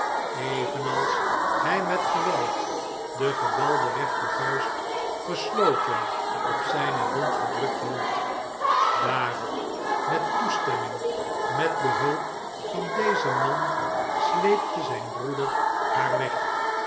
evenals hij met geweld de gebalde rechtervuist gesloten op zijne wond gedrukt hield daarop met toestemming met behulp van dezen man sleepte zjjn broeder haar weg